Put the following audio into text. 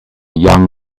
young